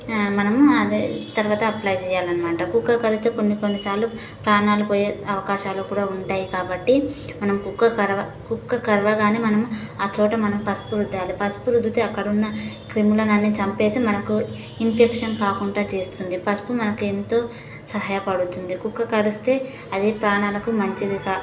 మనం అదే తరువాత అప్లై చేయాలన్నమాట కుక్క కరిస్తే కొన్ని కొన్ని సార్లు ప్రాణాలు పోయే అవకాశాలు కూడా ఉంటాయి కాబట్టి మనం కుక్క కరవ కుక్క కరవగానే మనం ఆ చోట మనం పసుపు రుద్దాలి పసుపు రుద్దితే అక్కడున్న క్రిములనన్నీ చంపేసి మనకు ఇన్ఫెక్షన్ కాకుండా చేస్తుంది పసుపు మనకు ఎంతో సహాయపడుతుంది కుక్క కరిస్తే అది ప్రాణాలకు మంచిది కా